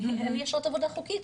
אין לי אשרת עבודה חוקית,